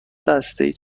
دستهای